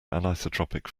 anisotropic